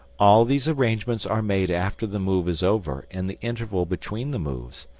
all these arrangements are made after the move is over, in the interval between the moves,